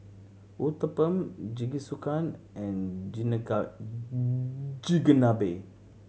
Uthapam Jingisukan and Chigenabe